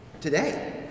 today